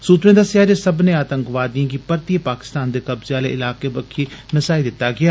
सूत्रें दस्सेआ जे सब्बने आतंकवादिएं गी परतियै पाकिस्तान दे कब्जे आले इलाके बक्खी नसाई दित्ता गेआ